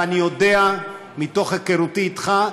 ואני יודע מתוך היכרותי אתך,